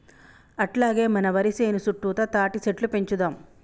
అట్లాగే మన వరి సేను సుట్టుతా తాటిసెట్లు పెంచుదాము